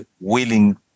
willing